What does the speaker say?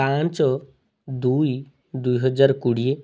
ପାଞ୍ଚ ଦୁଇ ଦୁଇହଜାର କୋଡ଼ିଏ